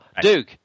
Duke